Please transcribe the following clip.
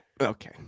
Okay